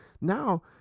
now